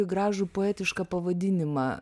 gražų poetišką pavadinimą